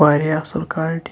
واریاہ اَصل کالٹی